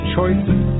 Choices